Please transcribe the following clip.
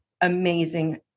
amazing